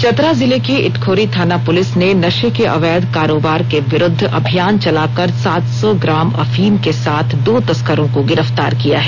चतरा जिले के इटखोरी थाना पुलिस ने नशे के अर्वैध कारोबार के विरुद्व अभियान चलाकर सात सौ ग्राम अफीम के साथ दो तस्करों को गिरफ्तार किया है